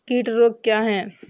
कीट रोग क्या है?